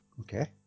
Okay